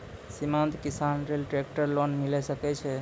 सीमांत किसान लेल ट्रेक्टर लोन मिलै सकय छै?